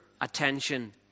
attention